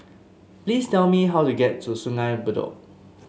please tell me how to get to Sungei Bedok